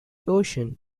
ocean